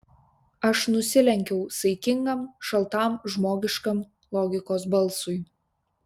aš nusilenkiau saikingam šaltam žmogiškam logikos balsui